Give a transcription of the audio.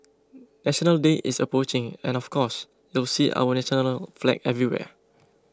National Day is approaching and of course you'll see our national flag everywhere